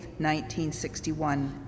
1961